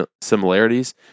similarities